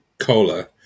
cola